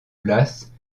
place